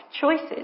choices